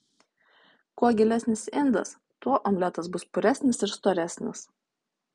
kuo gilesnis indas tuo omletas bus puresnis ir storesnis